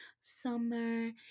summer